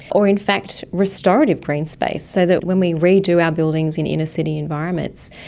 or in fact restorative green space so that when we redo our buildings in inner city environments,